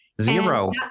Zero